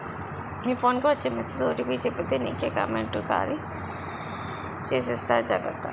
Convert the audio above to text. మీ phone కి వచ్చే message OTP చెప్పితే నీకే కామెంటు ఖాళీ చేసేస్తారు జాగ్రత్త